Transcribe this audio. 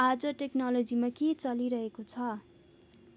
आज टेक्नोलोजीमा के चलिरहेको छ